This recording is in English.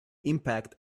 impact